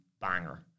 banger